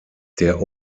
der